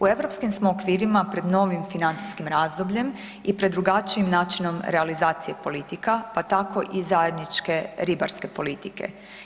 U europskim smo okvirima pred novim financijskim razdobljem i pred drugačijim načinom realizacije politika pa tako i zajedničke ribarske politike.